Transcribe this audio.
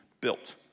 built